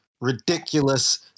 ridiculous